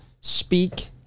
Speak